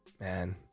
Man